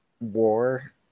war